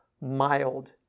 mild